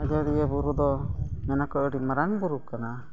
ᱟᱡᱳᱫᱤᱭᱟᱹ ᱵᱩᱨᱩ ᱫᱚ ᱢᱮᱱᱟ ᱠᱚ ᱟᱹᱰᱤ ᱢᱟᱨᱟᱝ ᱵᱩᱨᱩ ᱠᱟᱱᱟ